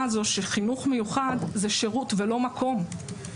הזו שחינוך מיוחד זה שירות ולא מקום.